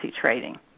trading